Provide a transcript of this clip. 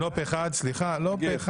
אין